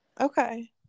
okay